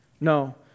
No